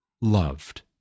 loved